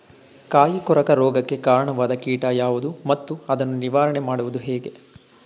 ಕಾಯಿ ಕೊರಕ ರೋಗಕ್ಕೆ ಕಾರಣವಾದ ಕೀಟ ಯಾವುದು ಮತ್ತು ಅದನ್ನು ನಿವಾರಣೆ ಮಾಡುವುದು ಹೇಗೆ?